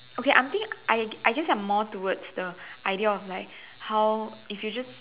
okay I think I I guess I'm more towards the idea of like how if you just